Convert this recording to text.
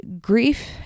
grief